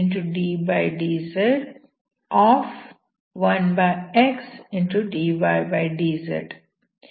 1xdydz ಈ ರೀತಿಯಾಗಿದೆ